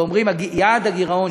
ואומרים: יעד הגירעון,